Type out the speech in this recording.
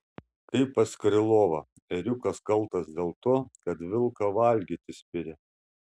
kaip pas krylovą ėriukas kaltas dėl to kad vilką valgyti spiria